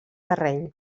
terreny